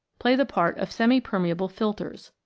play the part of semi permeable filters.